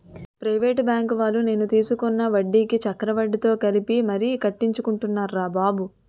private బాంకువాళ్ళు నేను తీసుకున్న వడ్డీకి చక్రవడ్డీతో కలిపి మరీ కట్టించుకున్నారురా బాబు